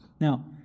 Now